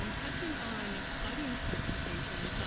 um touching on the audience participation,